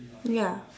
ya